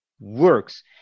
works